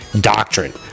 doctrine